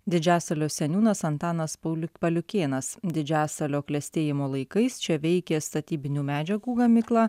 didžiasalio seniūnas antanas pauliu paliukėnas didžiasalio klestėjimo laikais čia veikė statybinių medžiagų gamykla